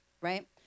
right